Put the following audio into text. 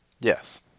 Yes